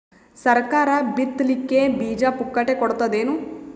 ಸರಕಾರ ಬಿತ್ ಲಿಕ್ಕೆ ಬೀಜ ಪುಕ್ಕಟೆ ಕೊಡತದೇನು?